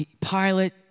Pilate